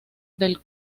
del